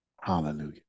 Hallelujah